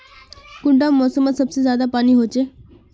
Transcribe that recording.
कुंडा मोसमोत सबसे ज्यादा पानी होचे?